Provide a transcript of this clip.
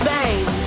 Bang